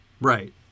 right